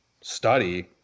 study